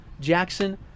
jackson